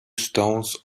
stones